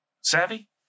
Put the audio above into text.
Savvy